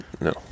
No